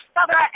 Father